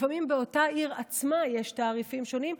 לפעמים באותה עיר עצמה יש תעריפים שונים,